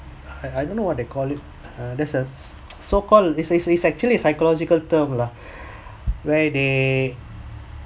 I I don't know what they call it uh there's a so called this a actually psychological term lah where they